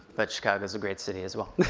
but chicago's a great city as well.